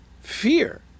Fear